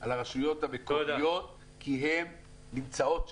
על הרשויות המקומיות כי הן נמצאות שם.